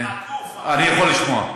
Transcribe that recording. אני יכול לשמוע.